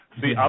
see